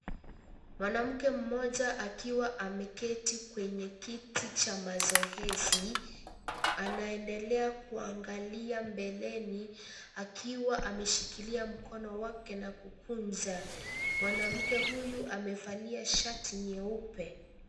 Mwanamke mmoja akiwa ameketi kwenye kiti cha mazoezi aaendelea kuangalia mbeleni akiwa ameshikilia mkono wake na kukunja . Mwanamke huyu amevalia shati nyeupe.